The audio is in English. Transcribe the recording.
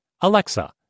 Alexa